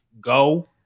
go